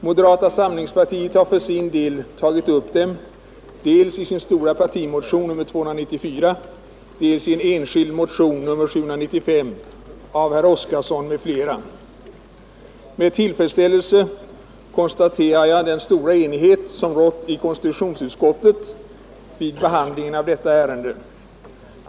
Moderata samlingspartiet har för sin del tagit upp dem dels i sin stora partimotion, nr 294, dels i en enskild motion, nr 795, av herr Oskarson m.fl. Med tillfredsställelse konstaterar jag den stora enighet som rått i konstitutionsutskottet vid behandlingen av detta ärende.